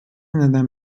neden